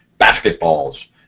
basketballs